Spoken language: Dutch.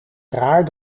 raar